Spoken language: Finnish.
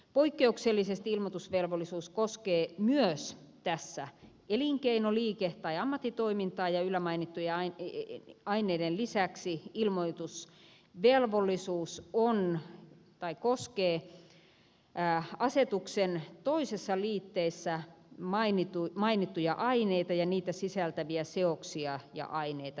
poikkeuksellisesti ilmoitusvelvollisuus koskee tässä myös elinkeino liike tai ammattitoimintaa ja yllämainittujen aineiden lisäksi ilmoitusvelvollisuus koskee asetuksen toisessa liitteessä mainittuja aineita ja niitä sisältäviä seoksia ja aineita